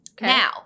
Now